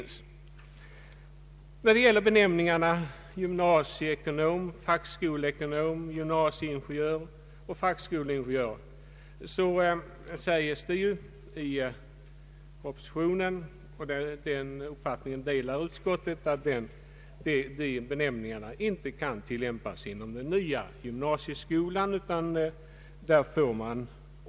När det gäller benämningarna gym nasieekonom, fackskoleekonom, gymnasieingenjör och = fackskoleingenjör sägs det i propositionen — och den uppfattningen delar utskottet — att de benämningarna inte kan tillämpas inom den nya gymnasieskolan.